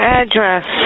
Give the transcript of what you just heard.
address